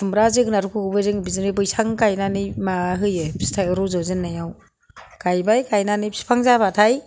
खुमब्रा जोगोनारफोरखौबो जों बिदिनो बैसां गायनानै मा होयो फिथाइ रज'जेननायाव गायबाय गायनानै फिफां जाबाथाय